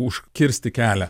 užkirsti kelią